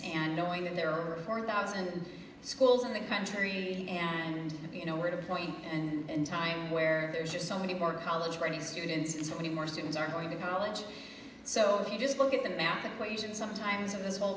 and knowing that there are four thousand schools in the country and you know where to point and time where there's just so many more college training students is already more students are going to college so if you just look at the math equation sometimes of this whole